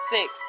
Six